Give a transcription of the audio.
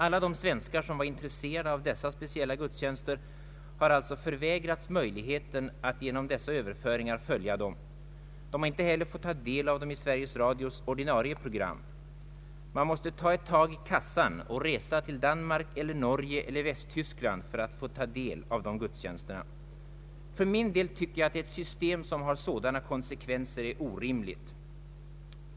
Alla de svenskar som var intresserade av dessa speciella gudstjänster har alltså förvägrats möjligheten att genom överföringar följa dem. De har inte heller fått ta del av dem i Sveriges Radios ordinarie program. Man måste ta ett tag i kassan och resa till Danmark, Norge eller Västtyskland för att få ta del av dessa gudstjänster. För min del tycker jag att ett system som har sådana konsekvenser är orimligt.